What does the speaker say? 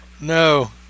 No